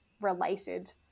related